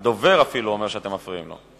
אפילו הדובר אומר שאתם מפריעים לו.